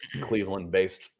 Cleveland-based